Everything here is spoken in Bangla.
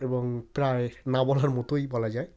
এবং প্রায় না বলার মতই বলা যায়